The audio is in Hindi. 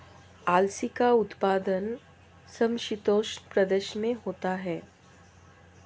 अलसी का उत्पादन समशीतोष्ण प्रदेश में होता है